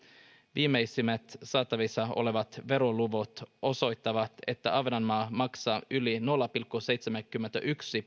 viimeisimmät saatavissa olevat veroluvut osoittavat että ahvenanmaa maksaa yli nolla pilkku seitsemänkymmentäyksi